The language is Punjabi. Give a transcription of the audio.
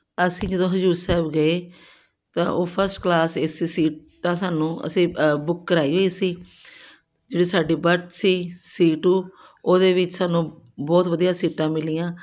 ਅਸੀਂ ਜਦੋਂ ਹਜ਼ੂਰ ਸਾਹਿਬ ਗਏ ਤਾਂ ਉਹ first class AC seat ਦਾ ਸਾਨੂੰ ਅਸੀਂ ਬੁੱਕ ਕਰਵਾਈ ਹੋਈ ਸੀ ਜਿਹੜੀ ਸਾਡੀ ਬਟ ਸੀ ਸੀ ਟੂ ਉਹਦੇ ਵਿੱਚ ਸਾਨੂੰ ਬਹੁਤ ਵਧੀਆ ਸੀਟਾਂ ਮਿਲੀਆਂ